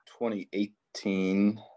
2018